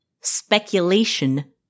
speculation